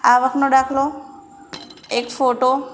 આવકનો દાખલો એક ફોટો